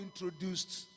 introduced